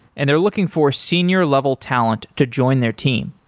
and they're looking for senior level talent to join their team.